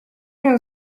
miał